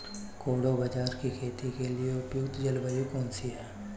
कोडो बाजरा की खेती के लिए उपयुक्त जलवायु कौन सी है?